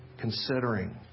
considering